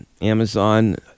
Amazon